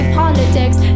politics